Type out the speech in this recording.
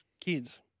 kids